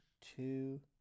two